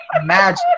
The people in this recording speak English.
Imagine